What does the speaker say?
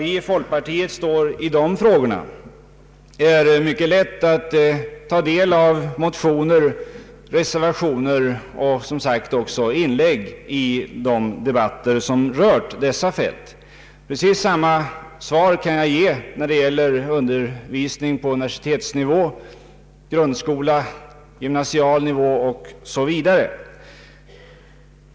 Var folkpartiet står i dessa frågor framgår av motioner och reservationer och som sagt även av inlägg i de debatter som rört dessa fält. Precis samma svar kan jag ge vad beträffar grundskolan och gymnasieskolan och naturligtvis också universitetsutbildningen.